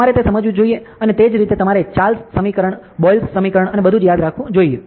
તમારે તે સમજવું જોઈએ અને તે જ રીતે તમારે ચાર્લ્સ સમીકરણ બોયલનું Boyle's સમીકરણ અને બધું જ યાદ રાખવું જોઈએ